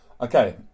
Okay